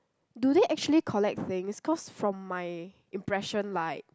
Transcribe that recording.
do they actually collect things cause from my impression like